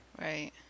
Right